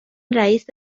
رئیس